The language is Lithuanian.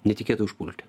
netikėtai užpulti